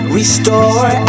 Restore